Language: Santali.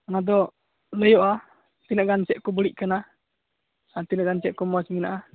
ᱚᱱᱟ ᱫᱚ ᱞᱟᱹᱭᱟᱹᱜᱼᱟ ᱛᱤᱱᱟᱹᱜ ᱜᱟᱱ ᱪᱮᱫ ᱠᱚ ᱵᱟᱹᱲᱤᱡ ᱟᱠᱟᱱᱟ ᱟᱨ ᱛᱤᱱᱟᱜ ᱜᱟᱱ ᱪᱮᱫ ᱠᱚ ᱢᱚᱡᱽ ᱢᱮᱱᱟᱜᱼᱟ